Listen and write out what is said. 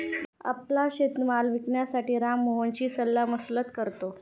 आपला शेतीमाल विकण्यासाठी राम मोहनशी सल्लामसलत करतो